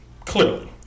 Clearly